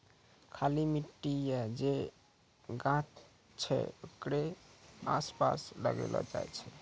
खाली मट्टी या जे गाछ छै ओकरे आसपास लगैलो जाय छै